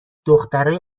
دخترای